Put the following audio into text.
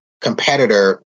competitor